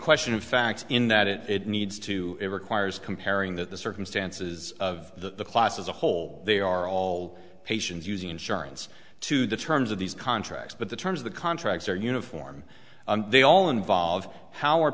question of fact in that it needs to it requires comparing that the circumstances of the class as a whole they are all patients using insurance to the terms of these contracts but the terms of the contracts are uniform they all involve how are